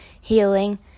healing